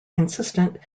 consistent